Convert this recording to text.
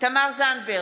תמר זנדברג,